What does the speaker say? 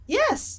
yes